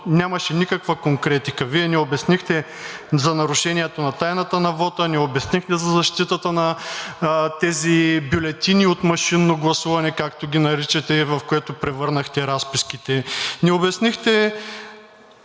нямаше никаква конкретика. Вие не обяснихте за нарушението на тайната на вота, не обяснихте за защитата на тези бюлетини от машинно гласуване, както ги наричате, в което превърнахте разписките, не обяснихте